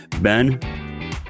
Ben